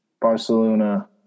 Barcelona